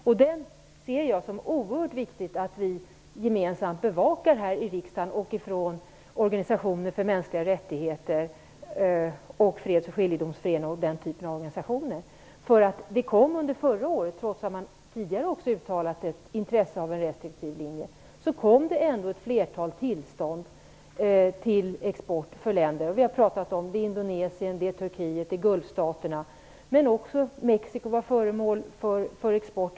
Jag anser det vara oerhört viktigt att vi gemensamt här i riksdagen bevakar detta och även i organisationer för mänskliga rättigheter, i Freds och skiljedomsföreningen och i andra organisationer av den typen. Trots att man tidigare också uttalat intresse för en restriktiv linje kom det förra året ett flertal tillstånd till export för länder. Vi har talat om dem. Det gäller Indonesien, Turkiet och Gulfstaterna. Men också Mexiko var föremål för export.